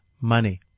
money